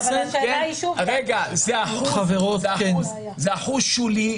השאלה היא שוב ----- זה אחוז שולי,